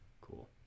Cool